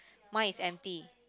mine is empty